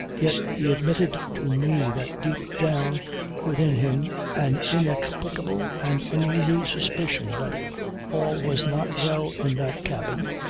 yet he admitted to me that deep down within him an inexplicable and uneasy suspicion that all was not well in that cabin,